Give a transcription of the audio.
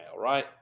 right